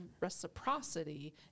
reciprocity